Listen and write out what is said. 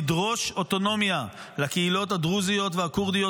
לדרוש אוטונומיה לקהילות הדרוזיות והכורדיות,